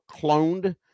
cloned